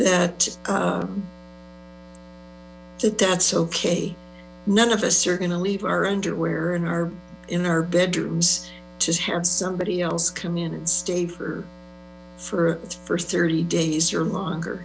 that that that's ok none of us are going to leave our underwear and our in our bedrooms to have somebody else come in and stay for for for thirty days or longer